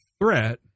threat